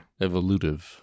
Evolutive